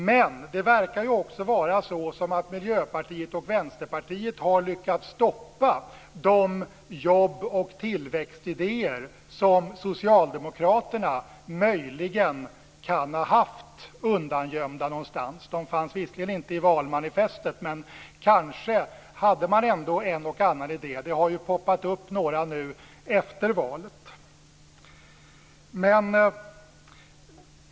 Miljöpartiet och Vänsterpartiet verkar dessutom ha lyckats stoppa de jobb och tillväxtidéer som Socialdemokraterna möjligen kan ha haft undangömda någonstans. De fanns visserligen inte i valmanifestet, men kanske hade man ändå en och annan idé. Det har ju poppat upp några idéer nu efter valet.